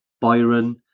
Byron